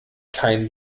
kein